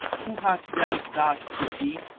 who hath dealt thus with thee?